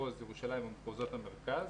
במחוז ירושלים ובמחוזות המרכז,